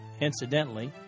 Incidentally